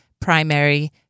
primary